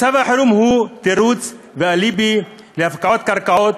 מצב החירום הוא תירוץ ואליבי להפקעת קרקעות